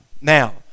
Now